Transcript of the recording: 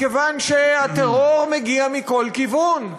מכיוון שהטרור מגיע מכל כיוון,